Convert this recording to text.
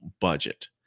budget